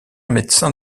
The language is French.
médecin